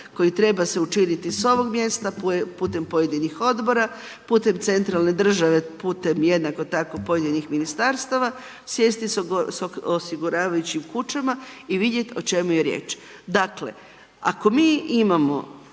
koji treba se učiniti sa ovog mjesta putem pojedinih Odbora, putem centralne države, putem jednako tako pojedinih Ministarstava, sjesti s osiguravajućim kućama i vidjeti o čemu je riječ. Dakle, ako mi imamo